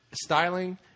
styling